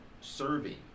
serving